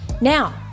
Now